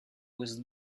was